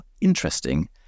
interesting